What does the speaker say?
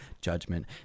Judgment